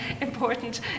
important